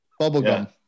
Bubblegum